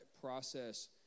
process